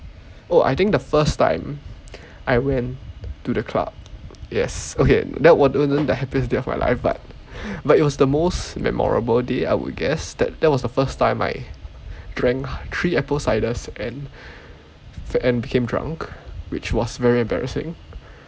oh I think the first time I went to the club yes okay that wa~ wasn't the happiest day of my life but but it was the most memorable day I would guess that that was the first time I drank three apple ciders and and became drunk which was very embarrassing